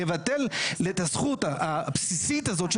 לבטל את הזכות הבסיסית הזאת,